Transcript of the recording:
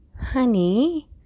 honey